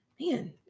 Man